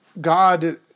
God